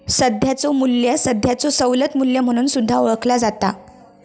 सध्याचो मू्ल्य सध्याचो सवलत मू्ल्य म्हणून सुद्धा ओळखला जाता